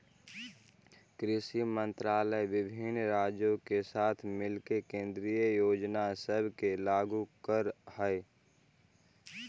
कृषि मंत्रालय विभिन्न राज्यों के साथ मिलके केंद्रीय योजना सब के लागू कर हई